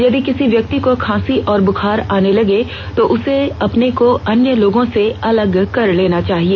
यदि किसी व्यक्ति को खांसी और बुखार आने लगे तो उसे अपने को अन्य लोगों से अलग कर लेना चाहिए